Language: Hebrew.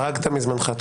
חרגת מזמנך.